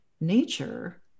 nature